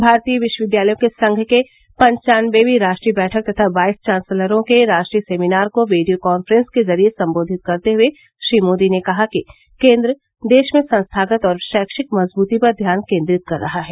भारतीय विश्वविद्यालयों के संघ की पन्चानेबीवीं राष्ट्रीय बैठक तथा वाइस चासलरों के राष्ट्रीय सेमिनार को वीडियो कांफ्रेंस के जरिए संबोधित करते हुए श्री मोदी ने कहा कि केन्द्र देश में संस्थागत और शैक्षिक मजबूती पर ध्यान केन्द्रित कर रहा है